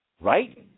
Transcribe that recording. Right